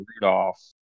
Rudolph